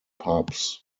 pubs